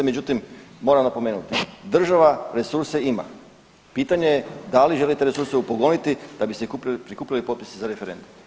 Međutim moramo napomenuti, država resurse ima, pitanje je da li želite resurse upogoniti da biste prikupili potpise za referendum.